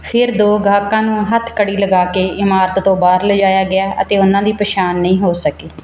ਫਿਰ ਦੋ ਗਾਹਕਾਂ ਨੂੰ ਹੱਥਕੜੀ ਲਗਾ ਕੇ ਇਮਾਰਤ ਤੋਂ ਬਾਹਰ ਲਿਜਾਇਆ ਗਿਆ ਅਤੇ ਉਨ੍ਹਾਂ ਦੀ ਪਛਾਣ ਨਹੀਂ ਹੋ ਸਕੀ